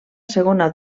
segona